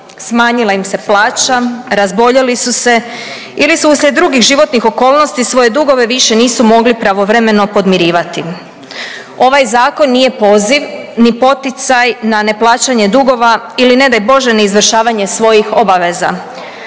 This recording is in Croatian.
smanjila im se plaća, razboljeli su se ili su uslijed drugih životnih okolnosti svoje dugove više nisu mogli pravovremeno podmirivati. Ovaj Zakon nije poziv ni poticaj na neplaćanje dugova ili, ne daj Bože, neizvršavanje svojih obaveza.